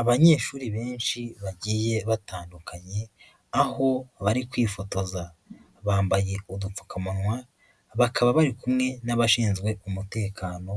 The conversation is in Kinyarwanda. Abanyeshuri benshi bagiye batandukanye bari kwifotoza, bambaye udupfukamunwa bakaba bari kumwe n'abashinzwe umutekano